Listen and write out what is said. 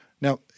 Now